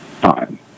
time